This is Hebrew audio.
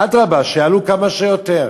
אדרבה, שיעלו כמה שיותר.